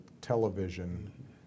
television